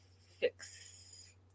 fix